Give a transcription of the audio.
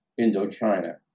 Indochina